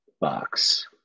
box